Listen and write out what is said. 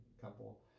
couple